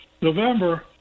November